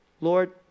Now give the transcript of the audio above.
Lord